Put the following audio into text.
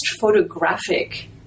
photographic